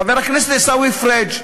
חבר הכנסת עיסאווי פריג'